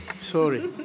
Sorry